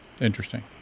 interesting